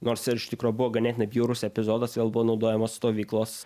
nors iš tikro buvo ganėtinai bjaurus epizodas vėl buvo naudojamos stovyklos